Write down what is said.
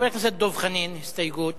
חבר הכנסת דב חנין, הסתייגות